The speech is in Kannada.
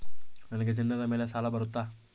ನನಗೆ ಚಿನ್ನದ ಮೇಲೆ ಸಾಲ ಬರುತ್ತಾ?